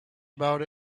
about